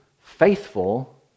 faithful